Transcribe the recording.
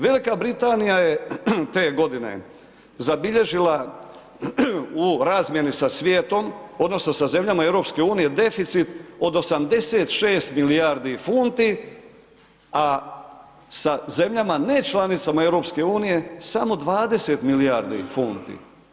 Velika Britanija je te godine zabilježila u razmjeni sa svijetom odnosno sa zemljama EU-a deficit od 86 milijardi funti a sa zemljama nečlanicama EU-a samo 20 milijardi funti.